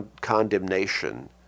condemnation